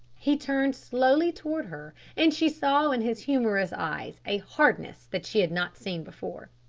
he turned slowly toward her, and she saw in his humorous eyes a hardness that she had not seen before.